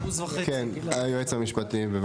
כן, היועץ המשפטי, בבקשה.